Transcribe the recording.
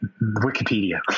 Wikipedia